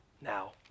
Now